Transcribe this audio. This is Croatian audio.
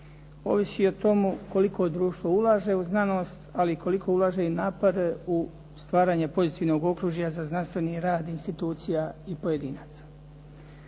Ovisi i o tomu koliko društvo ulaže u znanost, ali i koliko ulaže i napore u stvaranje pozitivnog okružja za znanstveni rad institucija i pojedinaca.